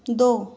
दो